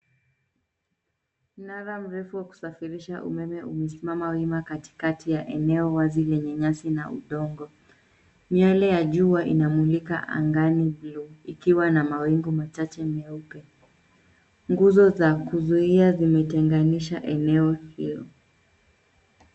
Mnara mrefu wa kusafirisha umeme umesimama wima katikati ya eneo wazi lenye nyasi na udongo. Miale ya jua inamulika angani juu ikiwa na mawingu machache meupe. Nguzo za kuzuia zimetenganisha eneo hio.